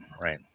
right